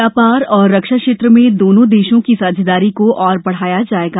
व्यापार और रक्षा क्षेत्र में दोनों देशों की साझेदारी को और बढाया जाएगा